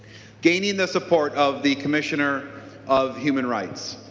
gaining the support of the commissioner of human rights.